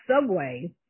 subway